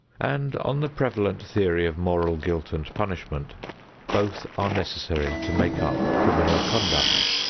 and on the prevalent theory of moral guilt and punishment both are necessary to make up criminal conduct.